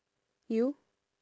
you